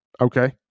Okay